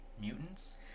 mutants